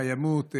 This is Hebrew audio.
קיימות,